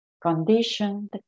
conditioned